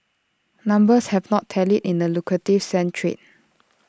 numbers have not tallied in the lucrative sand trade